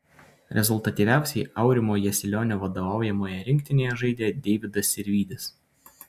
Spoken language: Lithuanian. rezultatyviausiai aurimo jasilionio vadovaujamoje rinktinėje žaidė deividas sirvydis